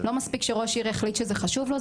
לא מספיק שראש עיר יחליט שזה חשוב לו,